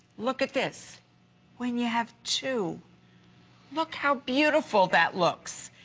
look at this when you have two look how beautiful that looks.